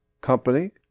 company